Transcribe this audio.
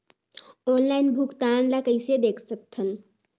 Online भुगतान ल कइसे देख सकथन?